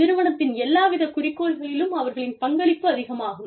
நிறுவனத்தின் எல்லா வித குறிக்கோள்களிலும் அவர்களின் பங்களிப்பு அதிகமாகும்